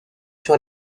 sur